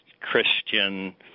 Christian